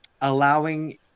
allowing